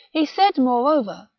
he said, moreover,